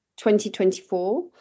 2024